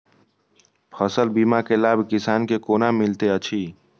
फसल बीमा के लाभ किसान के कोना मिलेत अछि?